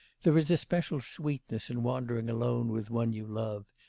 there is a special sweetness in wandering alone with one you love,